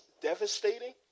devastating